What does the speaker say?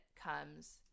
comes